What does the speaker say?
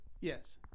Yes